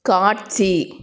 காட்சி